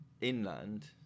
inland